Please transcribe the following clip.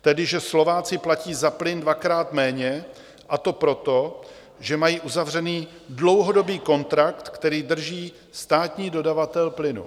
Tedy že Slováci platí za plyn dvakrát méně, a to proto, že mají uzavřený dlouhodobý kontrakt, který drží státní dodavatel plynu.